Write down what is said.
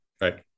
Right